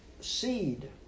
seed